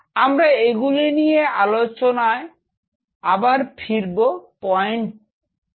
আমরা এগুলি নিয়ে আবার আলোচনায় ফিরবো পয়েন্ট 2 এ